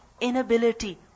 Inability